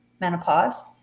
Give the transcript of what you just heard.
menopause